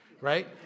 right